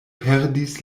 perdis